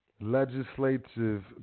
legislative